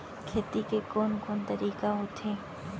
खेती के कोन कोन तरीका होथे?